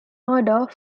murder